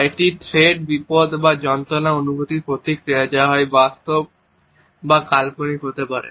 এটি থ্রেড বিপদ বা যন্ত্রণার অনুভূতির প্রতিক্রিয়া যা হয় বাস্তব বা কাল্পনিক হতে পারে